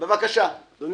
אדוני